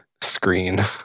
screen